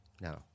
No